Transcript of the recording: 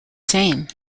same